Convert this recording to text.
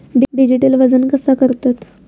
Digital वजन कसा करतत?